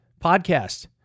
podcast